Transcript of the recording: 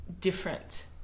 different